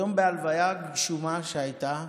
היום בהלוויה הגשומה שהייתה,